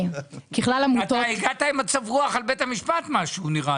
נראה לי שאתה הגעת עם מצב רוח על בית המשפט משהו.